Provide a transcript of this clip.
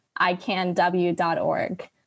icanw.org